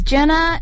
Jenna